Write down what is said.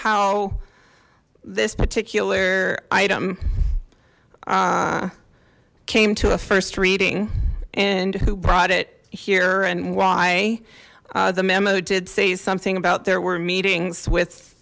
how this particular item came to a first reading and who brought it here and why the memo did say something about there were meetings with